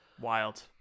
wild